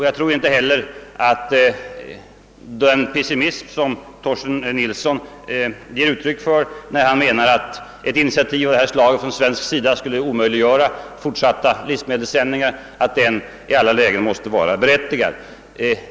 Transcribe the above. Jag tror inte heller att den pessimism, som Torsten Nilsson ger uttryck för när han menar att ett initiativ av detta slag från svensk sida skulle omöjliggöra fortsatta livsmedelssändningar, i alla lägen måste vara berättigad.